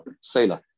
sailor